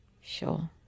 sure